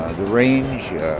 the range.